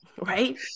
Right